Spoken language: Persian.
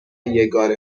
یگانه